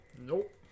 Nope